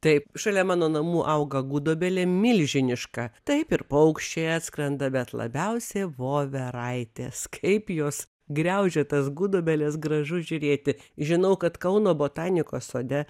taip šalia mano namų auga gudobelė milžiniška taip ir paukščiai atskrenda bet labiausiai voveraitės kaip jos griaužia tas gudobeles gražu žiūrėti žinau kad kauno botanikos sode